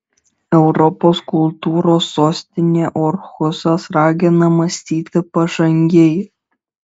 europos kultūros sostinė orhusas ragina mąstyti pažangiai